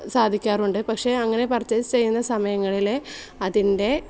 സാധിക്കാറുണ്ട് പക്ഷെ അങ്ങനെ പർച്ചേസ് ചെയ്യുന്ന സമയങ്ങളിൽ അതിൻ്റെ